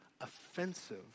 offensive